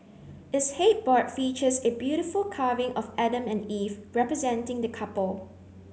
its headboard features a beautiful carving of Adam and Eve representing the couple